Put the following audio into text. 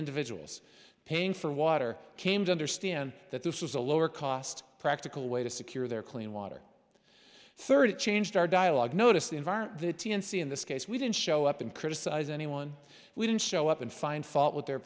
individuals paying for water came to understand that this was a lower cost practical way to secure their clean water third it changed our dialogue noticed the environment the t n c in this case we didn't show up and criticize anyone we didn't show up and find fault with their